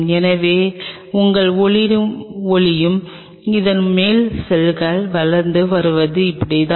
எனவே உங்கள் ஒளிரும் ஒளியும் அதன் மேல் செல்கள் வளர்ந்து வருவதும் இப்படித்தான்